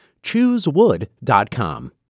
choosewood.com